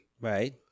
Right